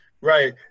right